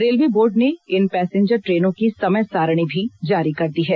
railway board ने इन passenger ट्रेनों की समय सारणी भी जारी कर दी है